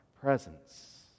presence